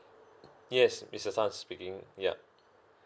yes mister tan speaking yup